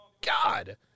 God